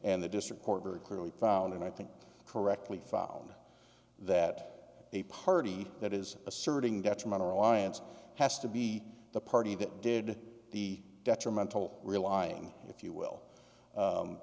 and the district court very clearly found and i think correctly found that a party that is asserting detrimental reliance has to be the party that did the detrimental relying if you will